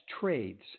trades